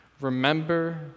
remember